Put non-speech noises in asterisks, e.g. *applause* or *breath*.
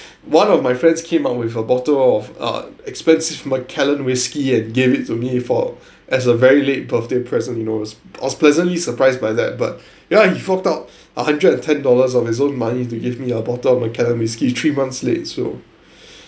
one of my friends came up with a bottle of uh expensive macallan whisky and gave it to me for as a very late birthday present he knows I was pleasantly surprised by that but yeah he forked out a hundred and ten dollars of his own money to give me a bottle of macallan whiskey three months late so *breath*